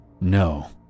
No